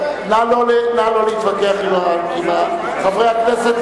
נא לא להתווכח עם חברי הכנסת,